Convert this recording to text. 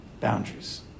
boundaries